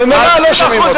ממילא לא שומעים אותך.